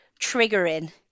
triggering